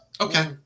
okay